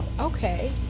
okay